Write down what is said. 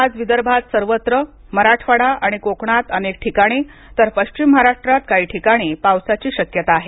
आज विदर्भात सर्वत्र मराठवाडा आणि कोकणात अनेक ठिकाणी तर पश्चिम महाराष्ट्रात काही ठिकाणी पावसाची शक्यता आहे